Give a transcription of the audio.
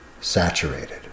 saturated